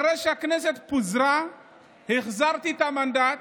אחרי שהכנסת פוזרה החזרתי את המנדט,